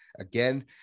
Again